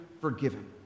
forgiven